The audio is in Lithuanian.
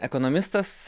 tai yra ekonomistas